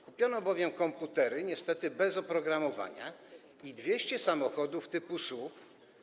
Kupiono bowiem komputery, niestety bez oprogramowania, i 200 samochodów typu SUV.